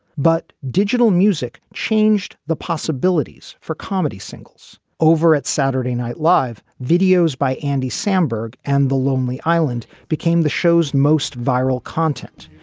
but digital music changed the possibilities for comedy singles over at saturday night live, videos by andy samberg and the lonely island became the show's most viral content,